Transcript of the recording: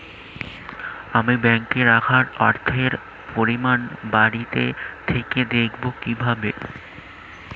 আমি ব্যাঙ্কে রাখা অর্থের পরিমাণ বাড়িতে থেকে দেখব কীভাবে?